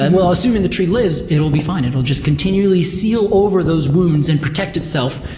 and well, assuming the tree lives, it'll be fine, it will just continually seal over those wounds and protect itself.